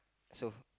so